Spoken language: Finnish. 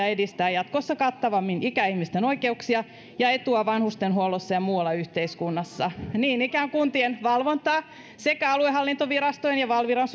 edistää jatkossa kattavammin ikäihmisten oikeuksia ja etua vanhustenhuollossa ja muualla yhteiskunnassa niin ikään kuntien valvontaa sekä aluehallintovirastojen ja valviran